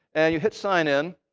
you hit sign in.